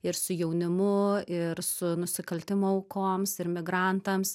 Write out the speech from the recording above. ir su jaunimu ir su nusikaltimo aukoms ir migrantams